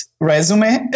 resume